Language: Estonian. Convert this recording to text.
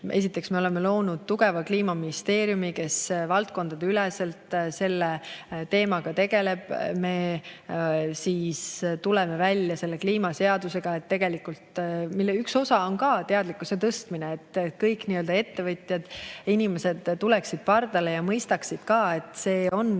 ütlesin, me oleme loonud tugeva Kliimaministeeriumi, kes valdkondadeüleselt selle teemaga tegeleb. Me tuleme välja kliimaseadusega, mille üks osa on ka teadlikkuse tõstmine, et kõik ettevõtjad, inimesed tuleksid pardale ja mõistaksid, et see on